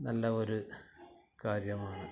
നല്ല ഒരു കാര്യമാണ്